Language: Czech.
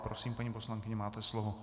Prosím, paní poslankyně, máte slovo.